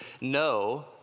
no